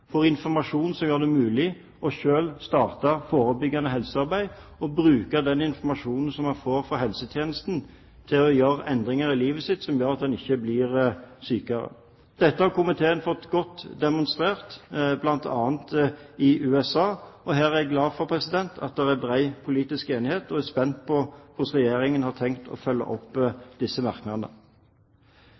få informasjon som gjør det mulig å selv starte forebyggende helsearbeid og å bruke den informasjonen man får fra helsetjenesten, til å gjøre endringer i livet sitt som gjør at en ikke blir sykere. Dette har komiteen fått godt demonstrert, bl.a. i USA. Her er jeg glad for at det er bred politisk enighet, og jeg er spent på hvordan Regjeringen har tenkt å følge opp disse merknadene.